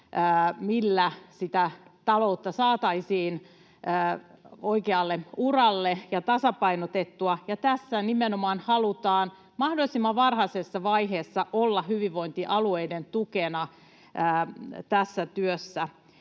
millä taloutta saataisiin oikealle uralle ja tasapainotettua, ja tässä nimenomaan halutaan mahdollisimman varhaisessa vaiheessa olla hyvinvointialueiden tukena tässä työssä.